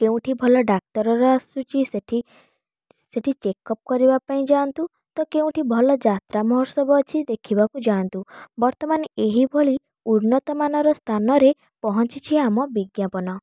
କେଉଁଠି ଭଲ ଡାକ୍ତରର ଆସୁଛି ସେଠି ସେଠି ଚେକ୍ଅପ୍ କରିବା ପାଇଁ ଯାଆନ୍ତୁ ତ କେଉଁଠି ଭଲ ଯାତ୍ରା ମହୋତ୍ସବ ଅଛି ଦେଖିବାକୁ ଯାଆନ୍ତୁ ବର୍ତ୍ତମାନ ଏହି ଭଳି ଉନ୍ନତମାନର ସ୍ଥାନରେ ପହଞ୍ଚିଛି ଆମ ବିଜ୍ଞାପନ